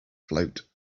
float